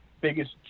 biggest